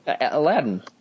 Aladdin